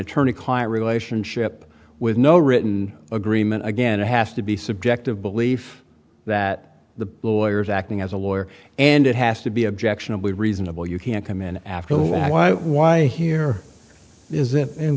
attorney client relationship with no written agreement again it has to be subjective belief that the lawyers acting as a lawyer and it has to be objectionably reasonable you can't come in after why why here is it